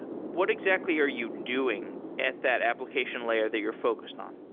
what exactly are you doing at that application layer that you're focused on?